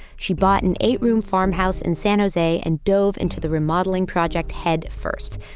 she bought an eight-room farmhouse in san jose and dove into the remodeling project headfirst.